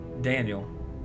Daniel